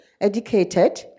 educated